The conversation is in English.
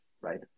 right